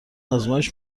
آزمایش